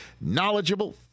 knowledgeable